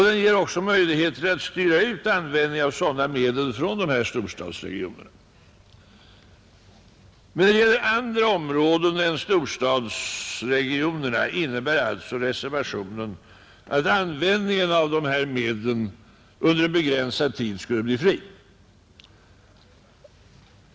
Den ger också möjligheter att styra ut användningen av sådana medel från storstadsregionerna, När det gäller andra områden än storstadsregionerna innebär alltså reservationen att användningen av dessa medel under en begränsad tid skulle bli fri.